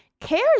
cares